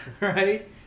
Right